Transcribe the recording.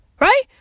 Right